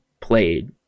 played